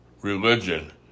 religion